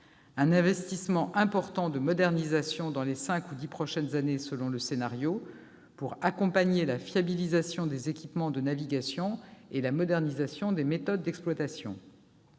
d'un investissement important en termes de modernisation dans les cinq ou dix prochaines années selon le scénario, pour accompagner la fiabilisation des équipements de navigation et la modernisation des méthodes d'exploitation.